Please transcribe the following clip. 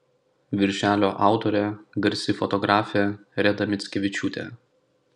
viršelio autorė garsi fotografė reda mickevičiūtė